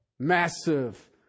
massive